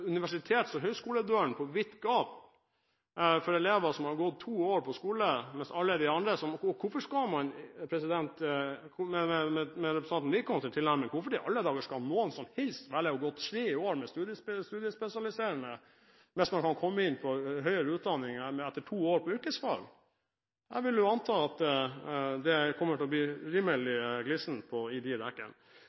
universitets- og høyskoledøren på vidt gap for elever som har gått to år på skole. Med representanten Wickholms tilnærming, hvorfor i alle dager skal noen som helst velge å gå tre år med studiespesialisering, hvis man kan komme inn på høyere utdanning etter to år med yrkesfag? Jeg vil anta at det kommer til å bli rimelig glissent i de rekkene. Jeg er glad for at statsråden så til de